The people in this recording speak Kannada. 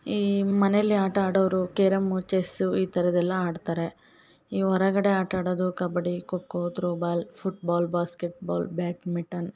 ಈ ಮನೆಯಲ್ಲಿ ಆಟ ಆಡೋವ್ರು ಕೇರಮು ಚೆಸ್ಸು ಈ ಥರದ್ ಎಲ್ಲಾ ಆಡ್ತಾರೆ ಈ ಹೊರಗಡೆ ಆಟ ಆಡದು kabaddi kho kho throwball football basketball badminton